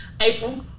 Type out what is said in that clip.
April